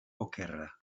okerra